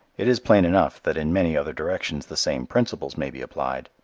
it is plain enough that in many other directions the same principles may be applied.